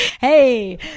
Hey